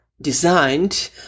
designed